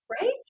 right